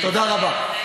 תודה רבה.